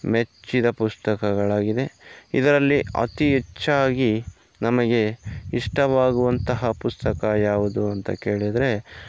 ಮೆಚ್ಚಿದ ಪುಸ್ತಕಗಳಾಗಿದೆ ಇದರಲ್ಲಿ ಅತಿ ಹೆಚ್ಚಾಗಿ ನಮಗೆ ಇಷ್ಟವಾಗುವಂತಹ ಪುಸ್ತಕ ಯಾವುದು ಅಂತ ಕೇಳಿದರೆ